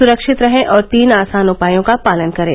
सुरक्षित रहें और तीन आसान उपायों का पालन करें